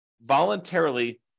voluntarily